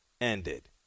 ended